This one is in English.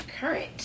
Current